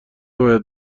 باید